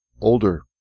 older